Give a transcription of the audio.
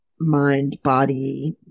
mind-body